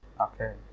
Okay